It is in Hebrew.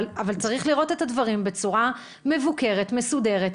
אבל צריך לראות את הדברים בצורה מבוקרת ומסודרת.